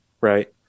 right